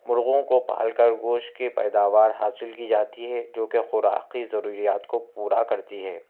مرغوں کو پال کر گوشت کی پیداوار حاصل کی جاتی ہے جو کہ خوراکی ضروریات کو پورا کرتی ہے